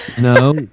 No